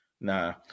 Nah